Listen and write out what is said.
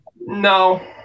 No